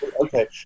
Okay